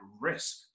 risk